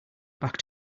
back